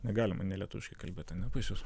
negalima nelietuviškai kalbėt ana pas jus